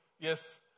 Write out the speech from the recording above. yes